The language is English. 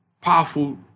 powerful